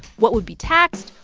what would be taxed?